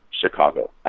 Chicago